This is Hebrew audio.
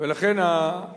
ילך לאחד מן